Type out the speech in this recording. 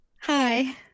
Hi